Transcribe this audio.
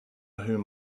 whom